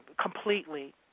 completely